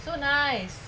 so nice